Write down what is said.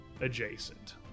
adjacent